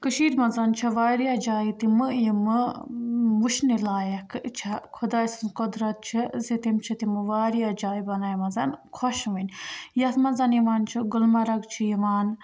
کٔشیٖرِ منٛز چھےٚ واریاہ جایہِ تِمہٕ یِمہٕ وٕچھنہِ لایق چھےٚ خۄداے سٕنٛز قۄدرَت چھےٚ زِ تٔمۍ چھِ تِمہٕ واریاہ جایہِ بَنایمَژ خوشوٕنۍ یَتھ منٛز یِوان چھِ گُلمرگ چھِ یِوان